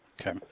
Okay